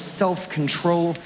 self-control